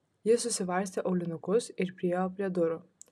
ji susivarstė aulinukus ir priėjo prie durų